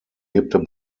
lebte